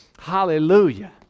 Hallelujah